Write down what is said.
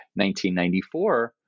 1994